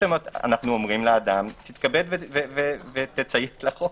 אנחנו אומרים לאדם: תתכבד ותציית לחוק.